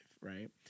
right